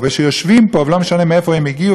ולא משנה מאיפה הם הגיעו ומתי הם הגיעו,